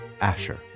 Asher